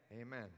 Amen